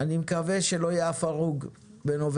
אני מקווה שלא יהיה אף הרוג בנובמבר-דצמבר,